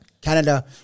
canada